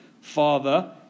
Father